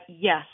yes